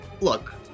look